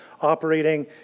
operating